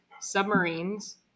submarines